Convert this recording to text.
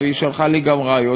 והיא שלחה לי גם רעיון,